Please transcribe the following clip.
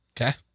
Okay